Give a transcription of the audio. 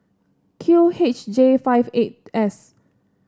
Q H J five eight S